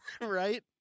right